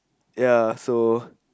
ya so